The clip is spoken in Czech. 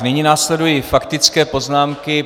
Nyní následují faktické poznámky.